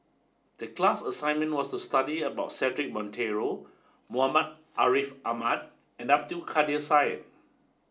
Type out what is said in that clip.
the class assignment was to study about Cedric Monteiro Muhammad Ariff Ahmad and Abdul Kadir Syed